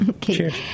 Cheers